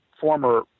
former